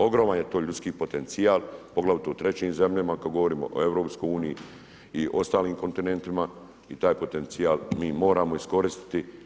Ogroman je to ljudski potencijal poglavito u trećim zemljama kada govorimo o EU i ostalim kontinentima i taj potencijal mi moramo iskoristiti.